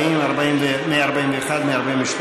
אנחנו מצביעים על הסתייגות 159. מי בעד ההסתייגות?